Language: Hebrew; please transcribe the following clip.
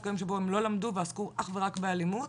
דווקא ביום שהם לא למדו ועסקו אך ורק באלימות